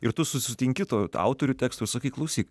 ir tu susitinki tų autorių tekstų ir sakai klausyk